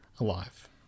alive